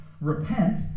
Repent